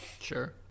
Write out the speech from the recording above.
Sure